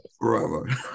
forever